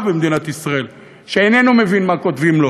במדינת ישראל שאיננו מבין מה כותבים לו,